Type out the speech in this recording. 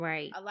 Right